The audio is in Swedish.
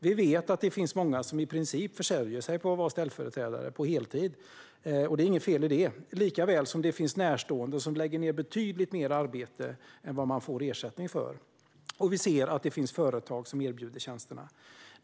Vi vet att det finns många som i princip försörjer sig på att vara ställföreträdare - det är inget fel i det - liksom det finns närstående som lägger ned betydligt mer arbete än de får ersättning för. Vi vet att det finns företag som erbjuder tjänsterna.